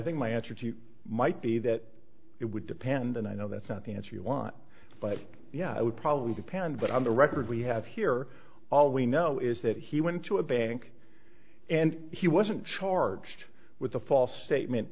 think my answer to you might be that it would depend and i know that's not the answer you want but yeah i would probably depend but on the record we have here all we know is that he went to a bank and he wasn't charged with a false statement